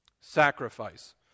Sacrifice